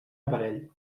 aparell